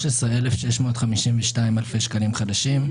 13,652 אלפי שקלים חדשים,